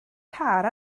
car